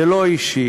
זה לא אישי,